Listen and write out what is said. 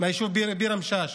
מהיישוב ביר אל-משאש.